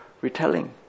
retelling